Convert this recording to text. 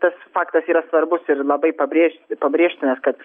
tas faktas yra svarbus ir labai pabrėž pabrėžtinas kad